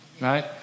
right